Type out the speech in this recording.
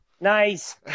Nice